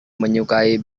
menyukai